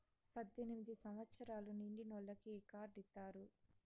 పద్దెనిమిది సంవచ్చరాలు నిండినోళ్ళకి ఈ కార్డు ఇత్తారు